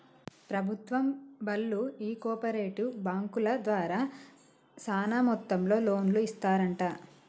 ప్రభుత్వం బళ్ళు ఈ కో ఆపరేటివ్ బాంకుల ద్వారా సాన మొత్తంలో లోన్లు ఇస్తరంట